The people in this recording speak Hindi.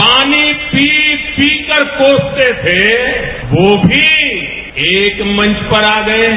पानी पी पी कर कोसते थे वो भी एक मंच पर आ गए हैं